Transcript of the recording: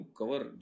cover